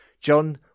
John